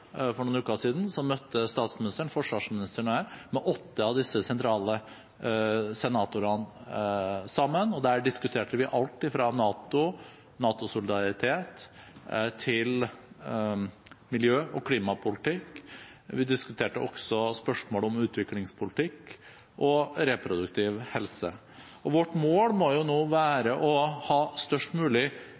for noen uker siden møtte statsministeren, forsvarsministeren og jeg åtte av disse sentrale senatorene. Der diskuterte vi alt fra NATO og NATO-solidaritet til miljø- og klimapolitikk. Vi diskuterte også spørsmålet om utviklingspolitikk og reproduktiv helse. Vårt mål må nå være å ha størst mulig